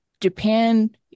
Japan